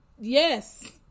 Yes